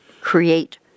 create